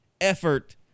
effort